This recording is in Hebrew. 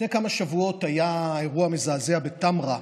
לפני כמה שבועות היה אירוע מזעזע בטמרה.